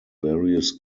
various